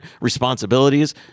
responsibilities